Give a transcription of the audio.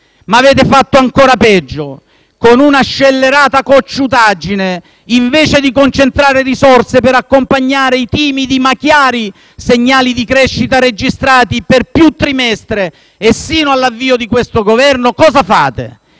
Ma avete fatto ancora peggio: con una scellerata cocciutaggine, invece di concentrare risorse per accompagnare i timidi ma chiari segnali di crescita registrati per più trimestri e fino all'avvio di questo Governo, cosa fate?